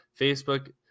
Facebook